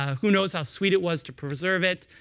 ah who knows how sweet it was to preserve it?